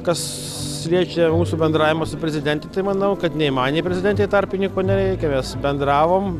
kas liečia mūsų bendravimą su prezidente tai manau kad nei man nei prezidentei tarpininko nereikia mes bendravom